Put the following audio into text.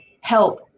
help